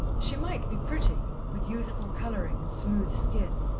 she might be pretty, with youthful colouring and smooth skin,